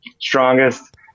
strongest